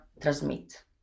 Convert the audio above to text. transmit